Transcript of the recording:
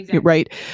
right